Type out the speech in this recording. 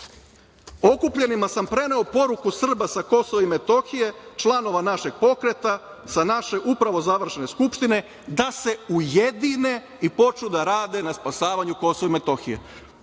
okupljenima sam preneo poruku Srba sa Kosova i Metohije, članova našeg pokreta sa naše upravo završene skupštine, da se ujedine i počnu da rade na spasavanju Kosova i Metohije.